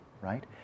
right